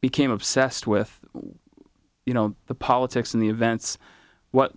became obsessed with you know the politics and the events what